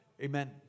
Amen